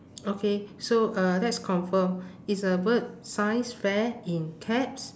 okay so uh let's confirm is the word science fair in caps